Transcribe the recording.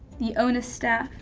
the onas staff.